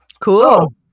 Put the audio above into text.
Cool